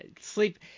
sleep